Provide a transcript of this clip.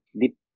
deep